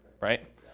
right